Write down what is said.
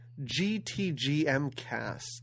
GTGMcast